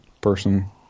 person